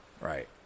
right